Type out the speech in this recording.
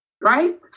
right